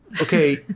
okay